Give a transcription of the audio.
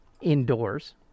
indoors